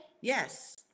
yes